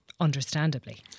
Understandably